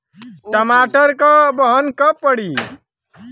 टमाटर क बहन कब पड़ी?